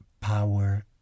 power